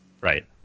Right